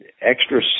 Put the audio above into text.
extra